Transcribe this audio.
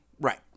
right